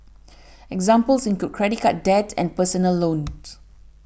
examples include credit card debt and personal loans